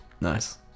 Nice